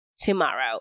tomorrow